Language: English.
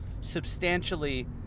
substantially